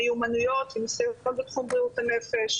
מיומנויות עם ניסון בכל תחום בריאות הנפש.